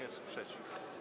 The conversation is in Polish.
Jest sprzeciw.